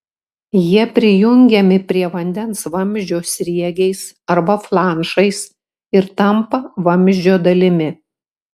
jie prijungiami prie vandens vamzdžio sriegiais arba flanšais ir tampa vamzdžio dalimi